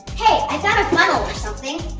hey i found a funnel or something.